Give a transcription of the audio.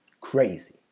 crazy